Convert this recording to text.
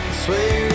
swear